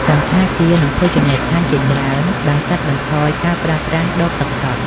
សណ្ឋាគារ និងភោជនីយដ្ឋានជាច្រើនបានកាត់បន្ថយការប្រើប្រាស់ដបទឹកសុទ្ធ។